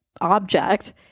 object